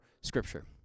scripture